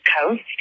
Coast